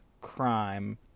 Crime